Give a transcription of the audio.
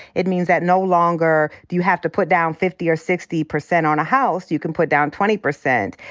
it means that no longer do you have to put down fifty percent or sixty percent on a house. you can put down twenty percent.